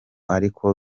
ariko